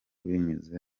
binyuze